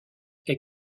est